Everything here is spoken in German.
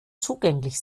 zugänglich